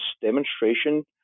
demonstration